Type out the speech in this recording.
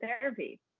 therapy